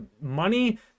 money